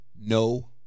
No